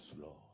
Lord